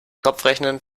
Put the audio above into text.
kopfrechnen